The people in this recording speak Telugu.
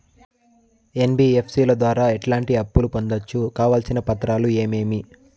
ఎన్.బి.ఎఫ్.సి ల ద్వారా ఎట్లాంటి అప్పులు పొందొచ్చు? కావాల్సిన పత్రాలు ఏమేమి?